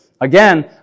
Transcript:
Again